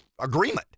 agreement